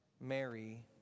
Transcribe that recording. Mary